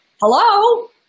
hello